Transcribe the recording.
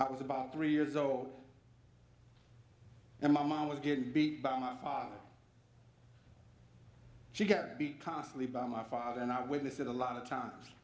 i was about three years old and my mom was getting beat by my father she got beat constantly by my father and i witnessed it a lot of times